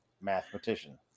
Mathematician